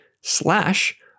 slash